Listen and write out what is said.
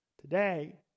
Today